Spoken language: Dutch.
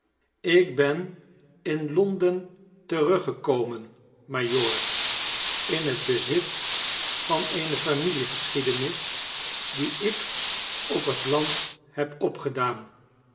ik ben in l on den teruggekomen majoor in het bezit van eene familiegescbiedenis die ik op het land heb opgedaan